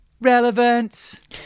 relevance